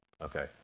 Okay